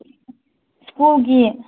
ꯁ꯭ꯀꯨꯜꯒꯤ